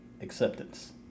acceptance